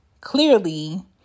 clearly